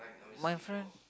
my friend